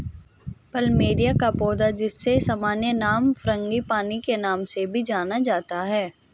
plumeria का पौधा, जिसे सामान्य नाम फ्रांगीपानी के नाम से भी जाना जाता है